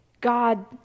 God